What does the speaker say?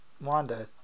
Wanda